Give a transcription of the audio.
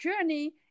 journey